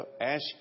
ask